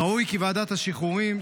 ראוי כי ועדת השחרורים,